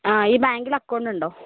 ആ ഈ ബാങ്കിൽ അക്കൗണ്ട് ഉണ്ടോ